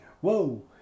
Whoa